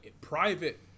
private